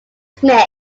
smith